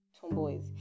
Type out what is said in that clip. Tomboys